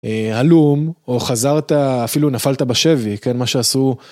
הלום או חזרת אפילו נפלת בשבי כן מה שעשו.